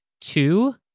Two